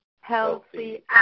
Healthy